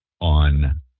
on